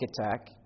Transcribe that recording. attack